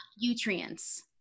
Nutrients